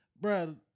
bro